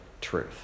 truth